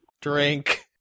Drink